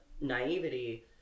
naivety